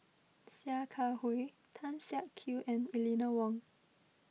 Sia Kah Hui Tan Siak Kew and Eleanor Wong